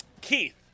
Keith